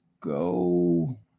go